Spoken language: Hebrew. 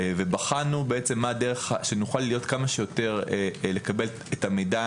ובחנו מהי הדרך שנוכל לקבל את המידע